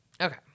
okay